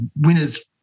winners